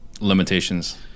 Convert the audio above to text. Limitations